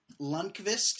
Lundqvist